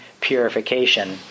purification